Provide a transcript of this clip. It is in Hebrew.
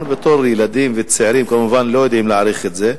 אנחנו בתור ילדים וצעירים כמובן לא יודעים להעריך את זה,